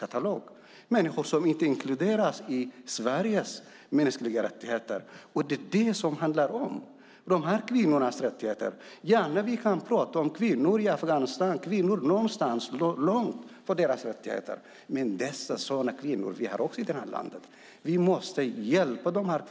Det finns människor som inte inkluderas i mänskliga rättigheter i Sverige. Det handlar om de här kvinnornas rättigheter. Vi kan gärna prata om kvinnor i Afghanistan och deras rättigheter, men vi har också sådana kvinnor i det här landet. Vi måste hjälpa dem.